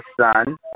sun